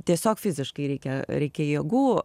tiesiog fiziškai reikia reikia jėgų